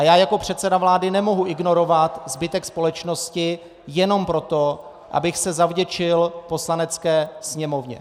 Já jako předseda vlády nemohu ignorovat zbytek společnosti jenom proto, abych se zavděčil Poslanecké sněmovně.